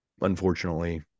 Unfortunately